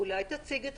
אולי תציג את